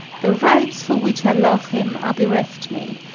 the rites for which i love him are bereft me,